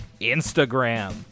Instagram